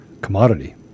commodity